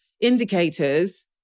indicators